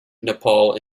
nepal